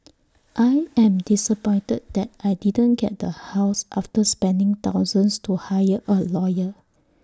I am disappointed that I didn't get the house after spending thousands to hire A lawyer